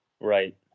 right